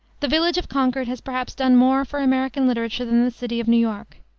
the village of concord has perhaps done more for american literature than the city of new york.